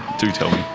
do tell